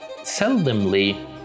seldomly